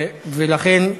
ולכן,